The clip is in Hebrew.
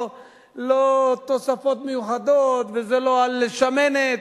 לא תוספות מיוחדות וזה לא על שמנת,